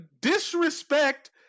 disrespect